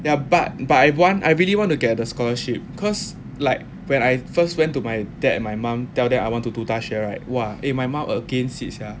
yeah but but I want I really want to get the scholarship cause like when I first went to my dad and my mom tell them I want to 读大学 right !wah! eh my mum against it sia